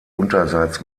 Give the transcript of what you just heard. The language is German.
unterseits